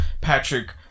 Patrick